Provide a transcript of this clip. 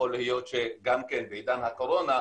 יכול להיות שבעידן הקורונה,